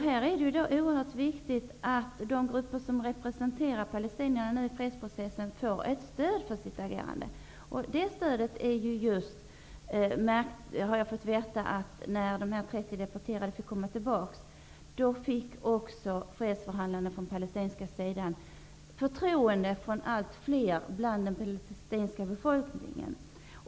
Här är det oerhört viktigt att de grupper som representerar palestinierna i fredsprocessen får ett stöd för sitt agerande. När de 30 deporterade fick komma tillbaka fick -- det har jag fått veta -- fredsförhandlarna från den palestinska sidan också förtroende från allt fler inom den palestinska befolkningen.